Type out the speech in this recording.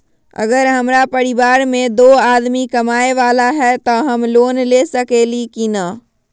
अगर हमरा परिवार में दो आदमी कमाये वाला है त हम लोन ले सकेली की न?